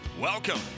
Welcome